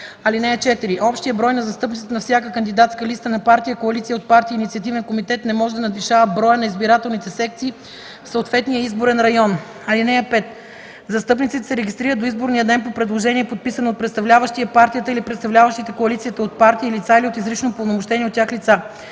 11: „(4) Общият брой на застъпниците на всяка кандидатска листа на партия, коалиция от партии и инициативен комитет не може да надвишава броя на избирателните секции в съответния изборен район. (5) Застъпниците се регистрират до изборния ден по предложение, подписано от представляващия партията или представляващите коалицията от партии лица или от изрично упълномощени от тях лица.